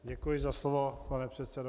Děkuji za slovo, pane předsedo.